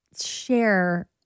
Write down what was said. share